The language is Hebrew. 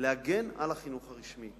להגן על החינוך הרשמי.